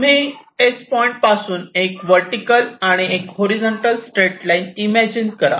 तुम्ही S point पासून एक वर्टीकल आणि एक हॉरिझॉन्टल स्ट्रेट लाईन इमॅजीन करा